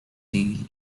deal